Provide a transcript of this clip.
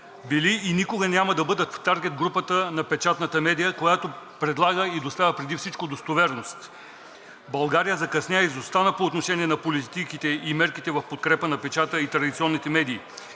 България закъсня, изостана по отношение на политиките и мерките в подкрепа на печата и традиционните медии.